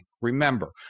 remember